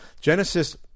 Genesis